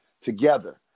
together